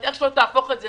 איך שלא מסתכלים על זה,